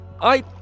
I-